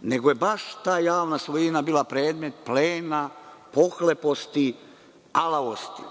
nego je baš ta javna svojina bila predmet plena, pohlepnosti, alavosti,